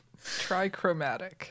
Trichromatic